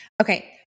Okay